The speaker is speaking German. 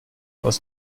aus